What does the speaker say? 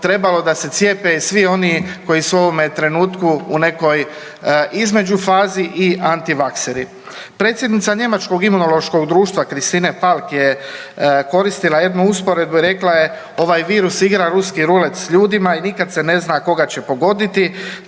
trebalo da se cijepe i svi oni koji su u ovome trenutku u nekoj između fazi i antivakseri. Predsjednica njemačkog Imunološkog društva Christine Falk je koristila jednu usporedbu i rekla je ovaj virus igra ruski rulet s ljudima i nikad se ne zna koga će pogoditi,